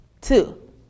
two